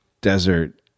desert